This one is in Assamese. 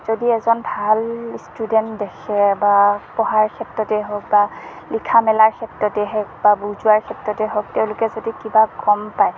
যদি এজন ভাল ষ্টুডেণ্ট দেখে বা পঢ়াৰ ক্ষেত্ৰতে হওঁঁক বা লিখা মেলাৰ ক্ষেত্ৰতে হওঁক বা বুজোৱাৰ ক্ষেত্ৰতেই হওঁক তেওঁলোকে যদি কিবা গম পায়